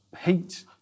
heat